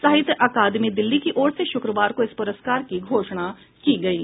साहित्य अकादमी दिल्ली की ओर से शुक्रवार को इन पुरस्कारों की घोषणा की गई थी